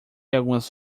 algumas